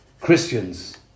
Christians